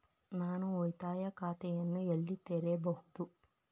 ನಾನು ಉಳಿತಾಯ ಖಾತೆಯನ್ನು ಎಲ್ಲಿ ತೆರೆಯಬಹುದು?